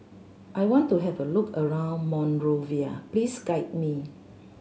I want to have a look around Monrovia please guide me